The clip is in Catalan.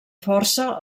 força